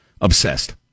obsessed